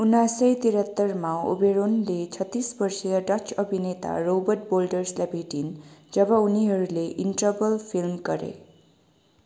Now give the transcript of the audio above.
उन्नाइस सय त्रिहत्तरमा ओबेरोनले छत्तिस वर्षिय डच अभिनेता रोबर्ट वोल्डर्सलाई भेटिन् जब उनीहरूले इन्ट्रभल फिल्म गरे